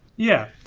yeah,